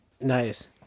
Nice